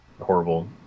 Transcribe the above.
horrible